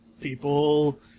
People